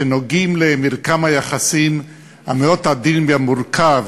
שנוגעים במרקם היחסים המאוד עדין ומורכב